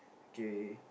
kay